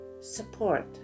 support